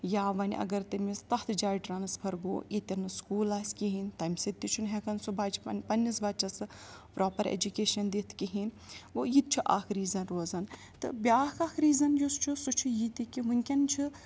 یا ونۍ اگر تٔمِس تَتھ جایہِ ٹرانسفَر گوٚو ییٚتیٚن نہٕ سکوٗل آسہِ کِہیٖنۍ تَمہِ سۭتۍ تہِ چھُنہٕ ہٮ۪کان سُہ بَچہِ پَننِس بَچَس سُہ پرٛوپَر اٮ۪جوُکیشَن دِتھ کِہیٖنۍ گوٚو یہِ تہِ چھُ اَکھ ریٖزَن روزَان تہٕ بیٛاکھ اَکھ ریٖزَن یُس چھُ سُہ چھُ یہِ تہِ کہِ وٕنکٮ۪ن چھُ